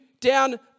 down